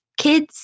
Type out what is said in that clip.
kids